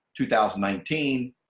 2019